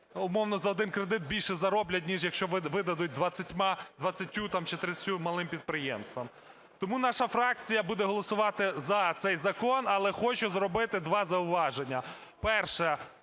умовно, за один кредит більше зароблять, ніж якщо видадуть 20-ти там чи 30-ти малим підприємствам. Тому наша фракція буде голосувати за цей закон, але хочу зробити два зауваження. Перше